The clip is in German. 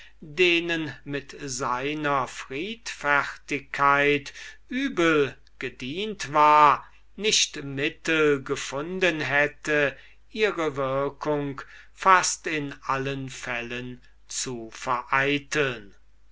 denen mit seiner friedfertigkeit übel gedient war nicht mittel gefunden hätte ihre wirkung fast in allen fällen zu vereiteln